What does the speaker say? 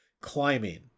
climbing